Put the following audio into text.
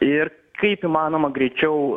ir kaip įmanoma greičiau